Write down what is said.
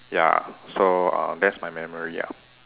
ya so uh that's my memory ah